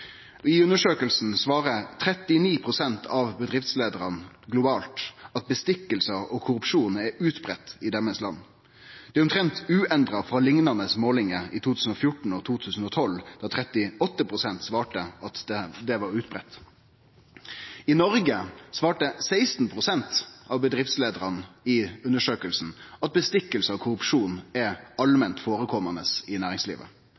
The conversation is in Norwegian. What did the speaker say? I undersøkinga svara 39 pst. av bedriftsleiarane globalt at stikkpengar og korrupsjon er utbreidd i deira land. Det er om lag uendra frå liknande målingar i 2014 og 2012 da 38 pst. svara at dette var utbreidd. I Noreg svara 16 pst. av bedriftsleiarane i undersøkinga at stikkpengar og korrupsjon er allment førekommande i næringslivet.